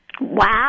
Wow